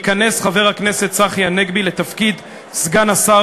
ייכנס חבר הכנסת צחי הנגבי לתפקיד סגן השר